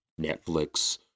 Netflix